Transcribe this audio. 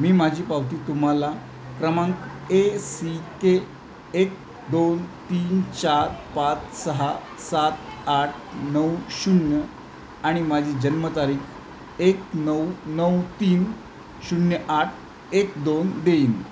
मी माझी पावती तुम्हाला क्रमांक ए सी के एक दोन तीन चार पाच सहा सात आठ नऊ शून्य आणि माझी जन्मतारीख एक नऊ नऊ तीन शून्य आठ एक दोन देईन